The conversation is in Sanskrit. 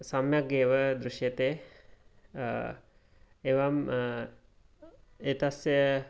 सम्यगेव दृश्यते एवम् एतस्य